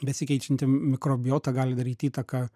besikeičianti mikrobiota gali daryt įtaką